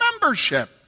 membership